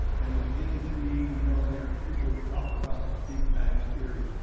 and the beginning to me. you know, there are people who talk about the big bang theory.